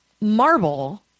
marble